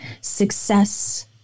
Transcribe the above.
success